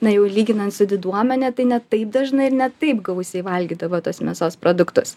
na jau lyginant su diduomene tai ne taip dažnai ir ne taip gausiai valgydavo tuos mėsos produktus